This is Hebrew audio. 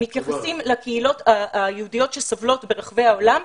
מתייחסים לקהילות היהודיות שסובלות ברחבי העולם,